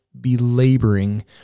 belaboring